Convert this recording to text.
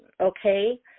okay